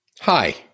Hi